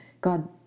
God